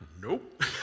nope